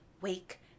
wake